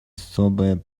особое